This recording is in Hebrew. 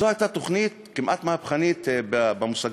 זו הייתה תוכנית כמעט מהפכנית במושגים